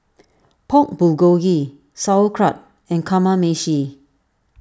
Pork Bulgogi Sauerkraut and Kamameshi